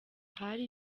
hari